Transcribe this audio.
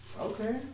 Okay